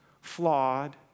flawed